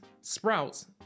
Sprouts